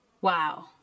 Wow